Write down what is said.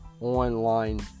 online